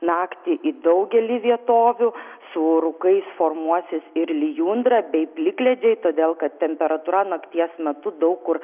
naktį į daugelį vietovių su rūkais formuosis ir lijundra bei plikledžiai todėl kad temperatūra nakties metu daug kur